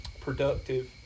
productive